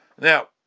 Now